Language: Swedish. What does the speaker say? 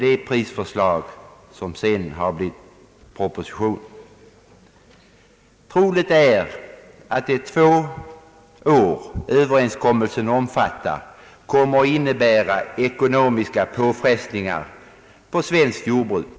Det är troligt att de två år som överenskommelsen omfattar kommer att innebära ekonomiska påfrestningar för svenskt jordbruk.